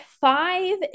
five